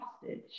hostage